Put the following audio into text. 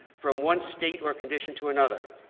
from one state or condition to another.